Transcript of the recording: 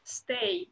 stay